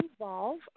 involve